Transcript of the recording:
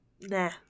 Nah